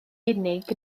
unig